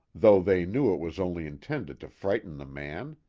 though they knew it was only intended to frighten the man,